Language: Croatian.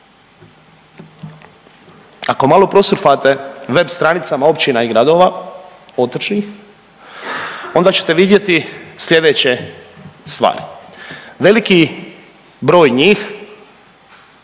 Ako malo prosurfate web stranicama općina i gradova otočnih onda ćete vidjeti slijedeće stvari. Veliki broj njih